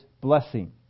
blessing